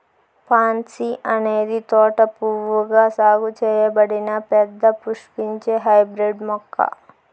pansy అనేది తోట పువ్వుగా సాగు చేయబడిన పెద్ద పుష్పించే హైబ్రిడ్ మొక్క